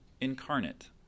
incarnate